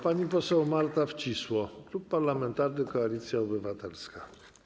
Pani poseł Marta Wcisło, Klub Parlamentarny Koalicja Obywatelska.